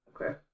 Okay